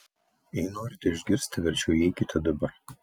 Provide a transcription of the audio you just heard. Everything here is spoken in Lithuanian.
jei norite išgirsti verčiau įeikite dabar